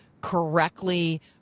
correctly